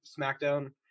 Smackdown